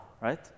right